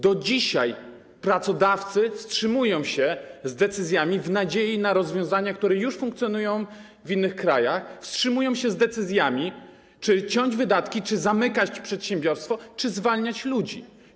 Do dzisiaj pracodawcy wstrzymują się z decyzjami w nadziei na rozwiązania, które już funkcjonują w innych krajach, wstrzymują się z decyzjami, czy ciąć wydatki, czy zamykać przedsiębiorstwo, czy zwalniać ludzi.